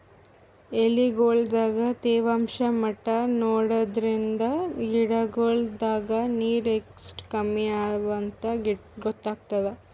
ಎಲಿಗೊಳ್ ದಾಗ ತೇವಾಂಷ್ ಮಟ್ಟಾ ನೋಡದ್ರಿನ್ದ ಗಿಡಗೋಳ್ ದಾಗ ನೀರ್ ಎಷ್ಟ್ ಕಮ್ಮಿ ಅವಾಂತ್ ಗೊತ್ತಾಗ್ತದ